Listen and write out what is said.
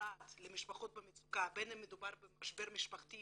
וסעד למשפחות במצוקה בין מדובר במשבר משפחתי